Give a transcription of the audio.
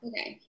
Okay